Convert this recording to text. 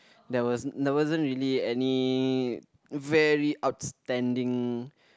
there was there wasn't really any very outstanding